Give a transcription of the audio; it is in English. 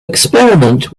experiment